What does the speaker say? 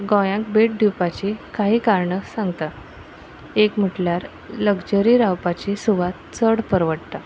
गोंयाक भेट दिवपाचीं कांय कारणां सांगता एक म्हटल्यार लग्जरी रावपाची सुवात चड परवडटा